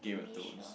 t_v show